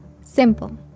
Simple